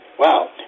Wow